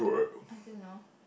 I don't know